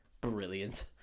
Brilliant